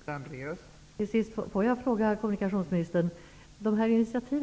Fru talman! Låt mig till sist ställa en fråga till kommunikationsministern. Det tas olika initiativ